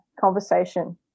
conversation